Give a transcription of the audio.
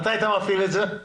מתי אתה מפעיל את זה?